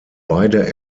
beide